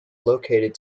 located